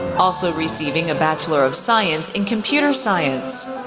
also receiving a bachelor of science in computer science.